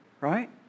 Right